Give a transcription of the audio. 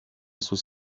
sus